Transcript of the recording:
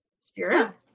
spirit